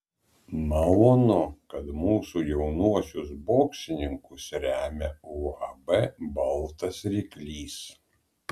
malonu kad mūsų jaunuosius boksininkus remia uab baltas ryklys